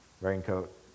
raincoat